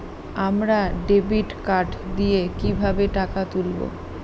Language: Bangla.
আমরা ডেবিট কার্ড দিয়ে কিভাবে টাকা তুলবো?